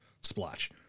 splotch